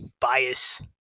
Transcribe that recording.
bias